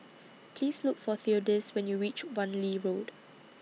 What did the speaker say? Please Look For Theodis when YOU REACH Wan Lee Road